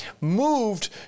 moved